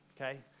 Okay